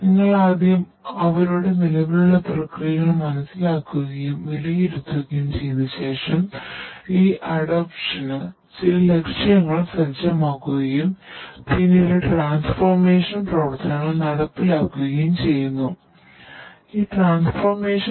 നിങ്ങൾ ആദ്യം അവരുടെ നിലവിലുള്ള പ്രക്രിയകൾ മനസ്സിലാക്കുകയും വിലയിരുത്തുകയും ചെയ്ത ശേഷം ഈ അഡോപ്ഷന്